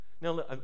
Now